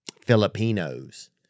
filipinos